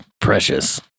precious